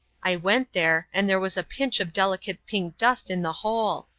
i went there, and there was a pinch of delicate pink dust in the hole.